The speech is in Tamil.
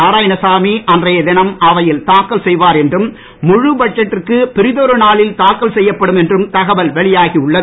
நாராயணசாமி அன்றைய தினம் அவையில் தாக்கல் செய்வார் என்றும் முழு பட்ஜெட் பிறிதொரு நாளில் தாக்கல் செய்யப்படும் என்றும் தகவல் வெளியாகி உள்ளது